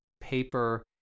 paper